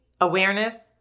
awareness